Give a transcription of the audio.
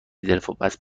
دلواپس